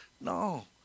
No